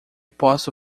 posso